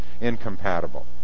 incompatible